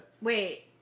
wait